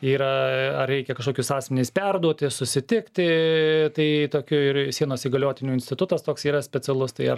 yra ar reikia kažkokius asmenis perduoti susitikti tai tokiu ir sienos įgaliotinių institutas toks yra specialus tai ar